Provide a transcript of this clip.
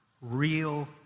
real